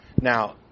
Now